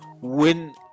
win